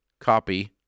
copy